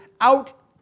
out